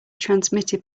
transmitted